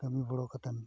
ᱠᱟᱹᱢᱤ ᱜᱚᱲᱚ ᱠᱟᱛᱮᱱ